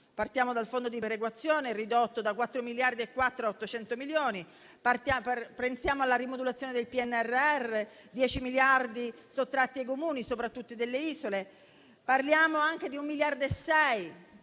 Partiamo dal fondo di perequazione, ridotto da 4,4 miliardi a 800 milioni di euro. Pensiamo alla rimodulazione del PNRR, con 10 miliardi sottratti ai Comuni, soprattutto delle isole. Parliamo anche di 1,6 miliardi